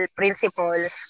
principles